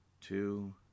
two